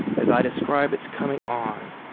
as i describe its coming on,